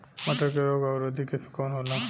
मटर के रोग अवरोधी किस्म कौन होला?